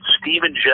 Stephen